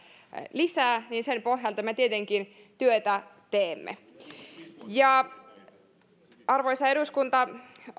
lisää niin sen pohjalta me tietenkin työtä teemme arvoisa eduskunta